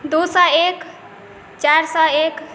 दुइ सओ एक चारि सओ एक